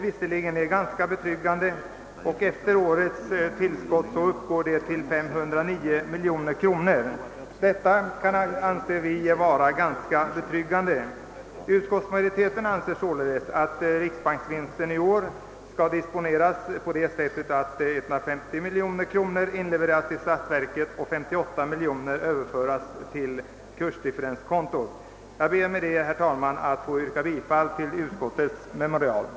Efter årets tillskott uppgår detta emellertid till 509 miljoner kronor, vilket kan anses vara ganska betryggande. Utskottsmajoriteten anser således att riksbanksvinsten i år skall disponeras på så sätt att 150 miljoner kronor inlevereras till statsverket och 58 miljoner kronor överförs till kursdifferenskontot. Herr talman! Jag ber att få yrka bifall till utskottets hemställan.